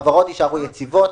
יישארו יציבות,